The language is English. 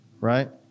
right